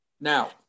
now